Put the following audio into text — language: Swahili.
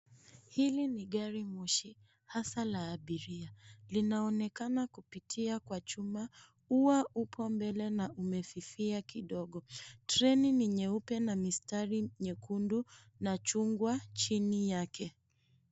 Hili ni garimoshi, haswa la abiria. Linaonekana kupitia kwa chuma. Ua upo mbele na umefifia kidogo. Treni ni nyeupe na mistari nyekundu na chungwa chini yake